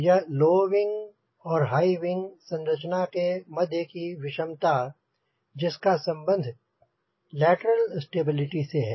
यह low wing और high wing संरचना के मध्य की विषमता जिसका संबंध लेटेरल स्टेबिलिटी से है